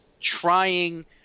trying